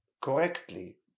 correctly